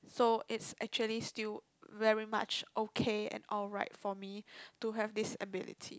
so it's actually still very much okay and alright for me to have this ability